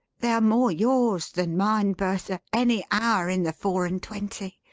they are more your's than mine, bertha, any hour in the four and twenty.